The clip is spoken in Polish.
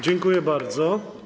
Dziękuję bardzo.